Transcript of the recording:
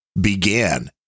began